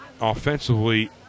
offensively